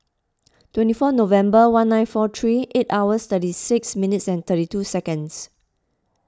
twenty four November one nine four three eight hours thirty six minutes and thirty two seconds